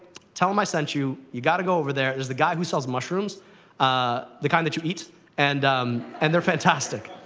tell him i sent you. you got to go over there. there's the guy who sells mushrooms ah the kind that you eat and um and they're fantastic.